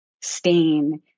stain